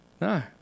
No